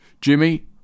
Jimmy